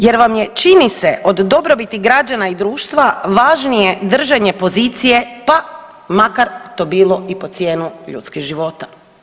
Jer vam je čini se od dobrobiti građana i društva važnije držanje pozicije pa makar to bilo i po cijenu ljudskih života.